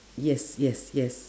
yes yes yes